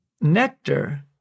nectar